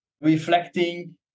reflecting